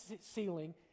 ceiling